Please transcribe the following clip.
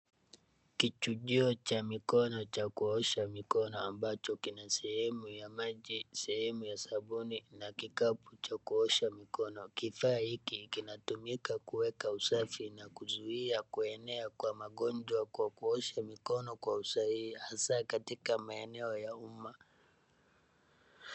Kichujio cha mikono cha kuosha mikono ambacho kina sehemu ya maji, sehemu ya sabuni na kikapu cha kuosha mikono. Kifaa hiki kinatumika kueka usafi na kuzuia kuenea kwa magonjwa kwa kuosha mikono kwa usahihi, hasaa katika maeneo ya umma.